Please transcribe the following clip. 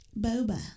Boba